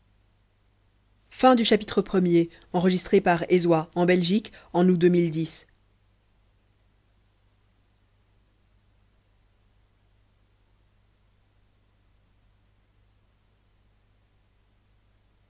en nous elle